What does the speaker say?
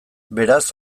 beraz